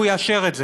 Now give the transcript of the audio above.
והוא יאשר את זה,